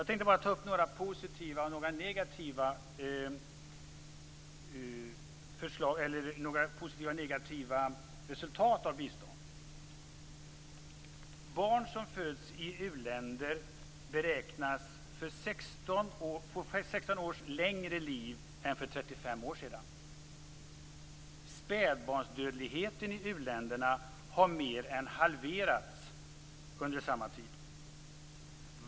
Jag tänkte ta upp några positiva och några negativa resultat av biståndet. Barn som föds i u-länder beräknas få 16 års längre liv än för 35 år sedan. Spädbarnsdödligheten i uländerna har mer än halverats under samma tid.